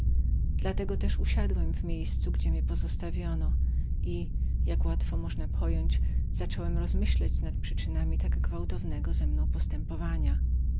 w mur usiadłem w miejscu gdzie mnie postawiono i jak można łatwo pojąć zacząłem rozmyślać nad przyczynami tak gwałtownego ze mną postępowania